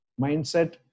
mindset